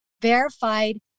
verified